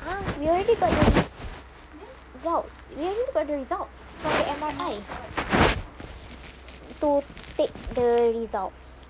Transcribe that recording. !huh! we already got the results we already got the results for M_R_I to take the results